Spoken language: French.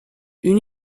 une